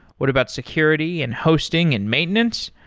what about security and hosting and maintenance?